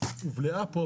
שהובלעה פה,